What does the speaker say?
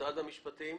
משרד המשפטים?